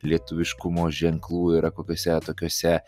lietuviškumo ženklų yra kokiose tokiose